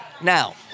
Now